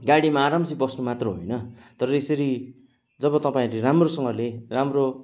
गाडीमा आरामसे बस्नु मात्रै होइन तर यसरी जब तपाईँले राम्रोसँगले राम्रो